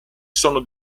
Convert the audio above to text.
sono